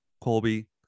Colby